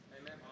Amen